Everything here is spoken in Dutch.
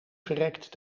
verrekt